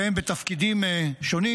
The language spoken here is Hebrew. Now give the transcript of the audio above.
והם בתפקידים שונים.